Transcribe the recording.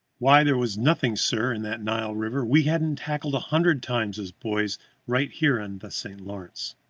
why, there was nothing, sir, in that nile river we hadn't tackled a hundred times as boys right here in the st. lawrence.